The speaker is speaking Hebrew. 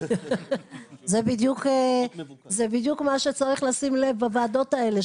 זה בדיוק מה שצריך לשים לב בגופים האלה,